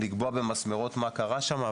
לקבוע במסמרות מה קרה שם.